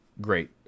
great